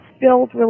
build